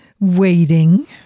waiting